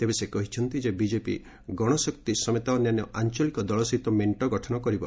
ତେବେ ସେ କହିଛନ୍ତି ଯେ ବିଜେପି ଗଣଶକ୍ତି ସମେତ ଅନ୍ୟାନ୍ୟ ଆଞ୍ଚଳିକ ଦଳ ସହିତ ମେଣ୍ଟ ଗଠନ କରିବ